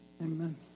Amen